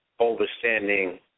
understanding